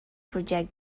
project